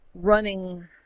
Running